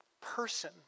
person